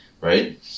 right